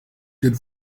good